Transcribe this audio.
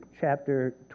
chapter